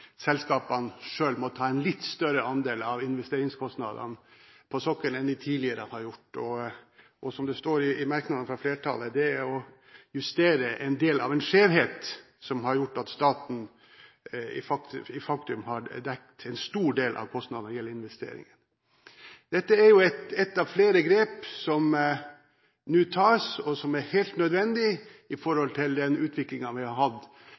selskapene selv må ta en litt større andel av investeringskostnadene på sokkelen enn de tidligere har gjort, og som det står i merknadene fra flertallet: «Dette er en mindre justering av en skjevhet som har gjort at staten har dekket en for stor del av kostnadene ved investeringer på sokkelen.» Dette er ett av flere grep som nå tas, og som er helt nødvendig med hensyn til den utviklingen vi har hatt